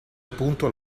appunto